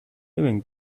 even